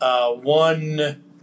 One